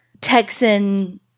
texan